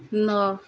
ନଅ